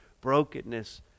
brokenness